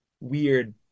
weird